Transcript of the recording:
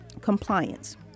compliance